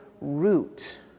root